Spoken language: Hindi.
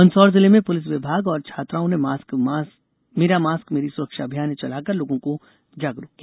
मंदसौर जिले में पुलिस विभाग और छात्राओं ने मेरा मास्क मेरी सुरक्षा अभियान चलाकर लोगों को जागरुक किया